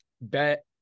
bet